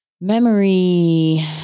Memory